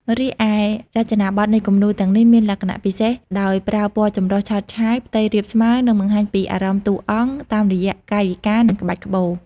រីឯ រចនាប័ទ្មនៃគំនូរទាំងនេះមានលក្ខណៈពិសេសដោយប្រើពណ៌ចម្រុះឆើតឆាយ ផ្ទៃរាបស្មើ និងបង្ហាញពីអារម្មណ៍តួអង្គ តាមរយៈកាយវិការ និងក្បាច់ក្បូរ។